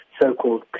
so-called